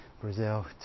Brazil